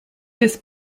this